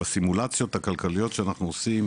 בסימולציות הכלכליות שאנחנו עושים,